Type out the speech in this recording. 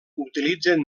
utilitzen